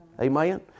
Amen